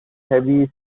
heavy